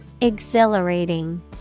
Exhilarating